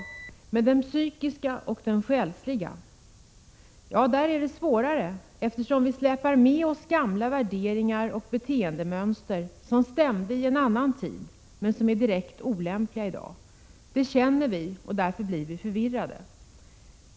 Men när det gäller den psykiska och själsliga omställningen är det svårare, eftersom vi släpar med oss gamla värderingar och beteendemönster som stämde i en annan tid, men som är direkt olämpliga i dag. Det känner vi, och därför blir vi förvirrade.